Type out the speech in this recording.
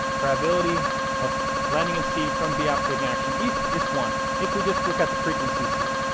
probability of landing in c from b after taking action east is one, if we just look at the frequencies here.